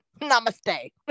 Namaste